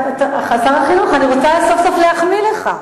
שר החינוך, אני רוצה סוף-סוף להחמיא לך.